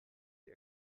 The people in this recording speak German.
die